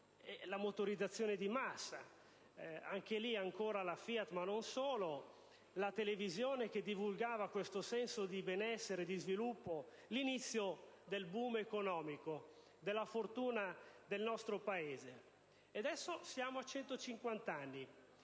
dalla motorizzazione di massa (dunque, ancora la FIAT, ma non solo), dalla televisione che divulgava un senso di benessere e, di sviluppo e dell'inizio del *boom* economico e della fortuna del nostro Paese. E adesso siamo a 150 anni